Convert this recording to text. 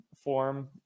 form